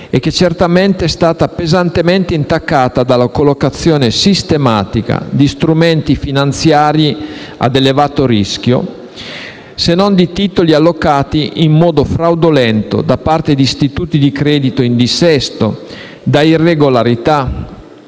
che di certo è stata pesantemente intaccata dalla collocazione sistematica di strumenti finanziari ad elevato rischio, se non di titoli allocati in modo fraudolento da parte di istituti di credito in dissesto, da irregolarità